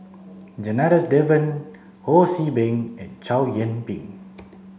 Janadas Devan Ho See Beng and Chow Yian Ping